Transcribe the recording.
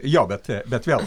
jo bet bet vėl